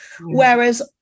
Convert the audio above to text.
whereas